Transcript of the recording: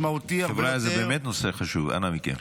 חבריא, זה באמת נושא חשוב, אנא מכם.